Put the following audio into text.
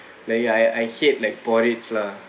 like I I hate like porridge lah